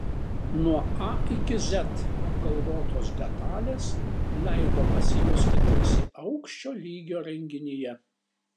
nuo a iki z apgalvotos detalės leido pasijusti tarsi aukščio lygio renginyje